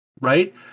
right